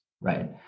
right